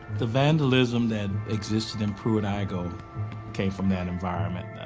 the vandalism that existed in pruitt-igoe came from that environment.